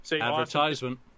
Advertisement